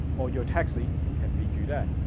or your taxi, can meet you there.